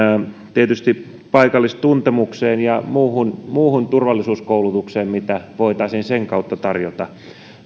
tietysti paikallistuntemukseen ja muuhun muuhun turvallisuuskoulutukseen mitä voitaisiin sen kautta tarjota